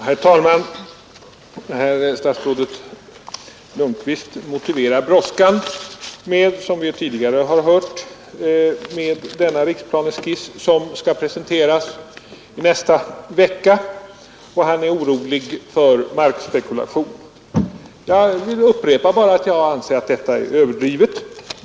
Herr talman! Statsrådet Lundkvist motiverar, som vi tidigare har hört, brådskan med den riksplaneskiss som skall presenteras nästa vecka med att han är orolig för markspekulation. Jag vill upprepa att jag anser detta vara överdrivet.